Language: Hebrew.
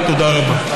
תודה רבה.